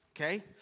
Okay